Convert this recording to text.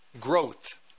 growth